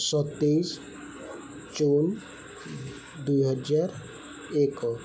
ସତେଇଶି ଜୁନ ଦୁଇହଜାର ଏକ